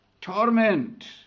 torment